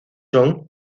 son